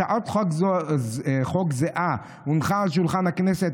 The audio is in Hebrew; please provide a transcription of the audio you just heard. הצעת חוק זהה הונחה על שולחן הכנסת